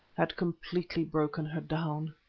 had completely broken her down.